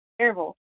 terrible